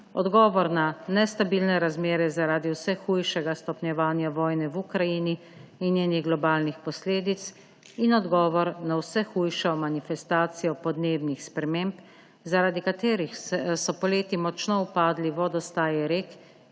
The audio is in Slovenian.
odgovor na nestabilne razmere zaradi vse hujšega stopnjevanja vojne v Ukrajini in njenih globalnih posledic in odgovor na vse hujšo manifestacijo podnebnih sprememb, zaradi katerih so poleti močno upadli vodostaji rek